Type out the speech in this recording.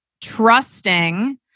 trusting